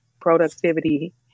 productivity